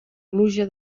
pluja